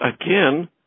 again